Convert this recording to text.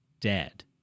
dead